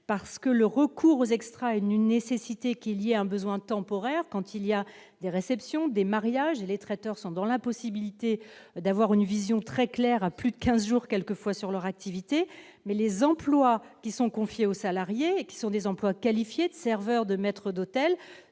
parce que le recours aux extra-une une nécessité qu'il y a un besoin temporaire quand il y a des réceptions, des mariages, les traiteurs sont dans l'impossibilité d'avoir une vision très claire à plus de 15 jours quelquefois sur leur activité mais les emplois qui sont confiés aux salariés qui sont des emplois qualifiés de serveurs de maître d'hôtel